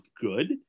good